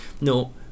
no